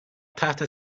تحت